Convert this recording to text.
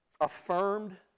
affirmed